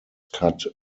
cut